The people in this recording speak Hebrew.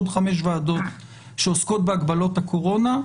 עוד חמש ועדות שעוסקות בהגבלות הקורונה,